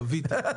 חוויתי.